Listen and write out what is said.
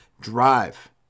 Drive